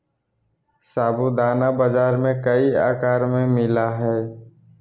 साबूदाना बाजार में कई आकार में मिला हइ